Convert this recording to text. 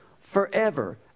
Forever